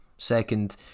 second